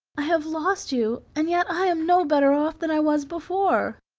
i have lost you, and yet i am no better off than i was before.